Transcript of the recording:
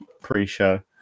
pre-show